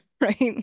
right